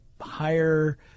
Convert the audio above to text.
higher